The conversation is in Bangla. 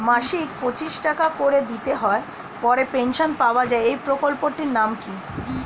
মাসিক পঁচিশ টাকা করে দিতে হয় পরে পেনশন পাওয়া যায় এই প্রকল্পে টির নাম কি?